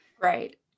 Right